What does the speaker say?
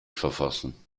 verfassen